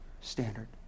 standard